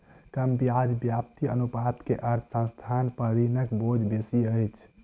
कम ब्याज व्याप्ति अनुपात के अर्थ संस्थान पर ऋणक बोझ बेसी अछि